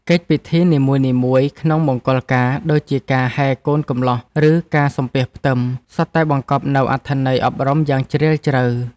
កិច្ចពិធីនីមួយៗក្នុងមង្គលការដូចជាការហែកូនកំលោះ ឬការសំពះផ្ទឹម សុទ្ធតែបង្កប់នូវអត្ថន័យអប់រំយ៉ាងជ្រាលជ្រៅ។